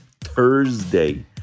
thursday